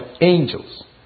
angels